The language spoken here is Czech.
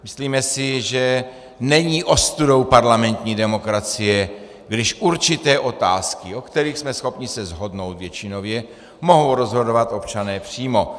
Myslíme si, že není ostudou parlamentní demokracie, když určité otázky, o kterých jsme schopni se shodnout většinově, mohou rozhodovat občané přímo.